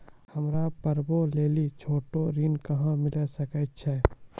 हमरा पर्वो लेली छोटो ऋण कहां मिली सकै छै?